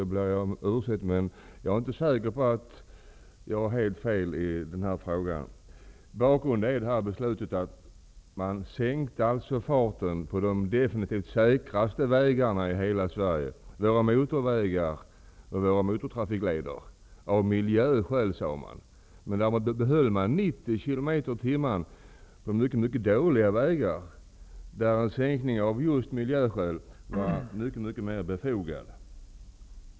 Men jag är inte säker på att jag har helt fel i den här frågan. Bakgrunden är beslutet att sänka farten av miljöskäl på de definitivt säkraste vägarna i hela Sverige, dvs. 90 km/tim. på mycket dåliga vägar, där sänkning av hastigheten av miljöskäl hade varit mer befogad.